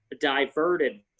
diverted